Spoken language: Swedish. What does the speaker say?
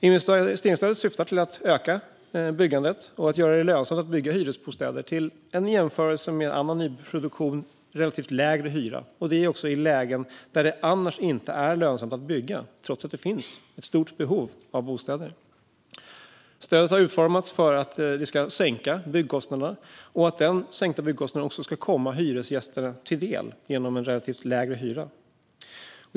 Investeringsstödet syftar till att öka byggandet och göra det lönsamt att bygga hyresbostäder till en i jämförelse med annan nyproduktion lägre hyra, detta också i lägen där det annars inte är lönsamt att bygga trots att det finns ett stort behov av bostäder. Stödet har utformats för att sänka byggkostnaderna och för att den sänkta byggkostnaden också ska komma hyresgästerna till del genom en relativt lägre hyra.